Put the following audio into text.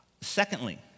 Secondly